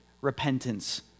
repentance